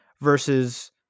versus